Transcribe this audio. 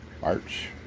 March